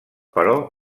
però